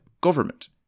Government